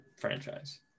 franchise